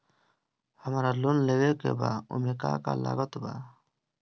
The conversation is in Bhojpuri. हमरा लोन लेवे के बा ओमे का का लागत बा?